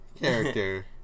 character